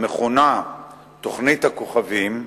המכונה "תוכנית הכוכבים"